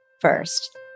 first